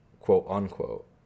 quote-unquote